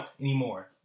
anymore